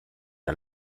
der